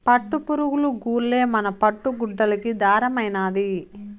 పట్టుపురుగులు గూల్లే మన పట్టు గుడ్డలకి దారమైనాది